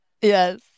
Yes